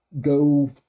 go